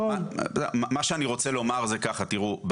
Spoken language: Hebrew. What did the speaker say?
מה שאני רוצה לומר זה ככה: תראו,